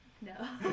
no